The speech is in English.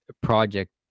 project